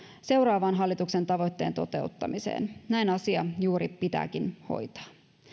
seuraavan hallituksen tavoitteen toteuttamiseen näin asia juuri pitääkin hoitaa